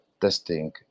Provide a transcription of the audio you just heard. testing